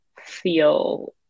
feel